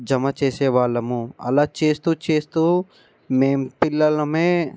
జమ చేసే వాళ్ళము అలా చేస్తూ చేస్తూ మేము పిల్లలమే